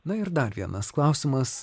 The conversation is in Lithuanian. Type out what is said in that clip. na ir dar vienas klausimas